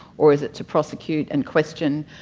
or is it to prosecute and question,